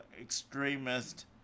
extremist